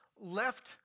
left